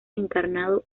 encarnado